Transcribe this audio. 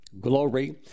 Glory